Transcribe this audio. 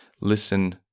listen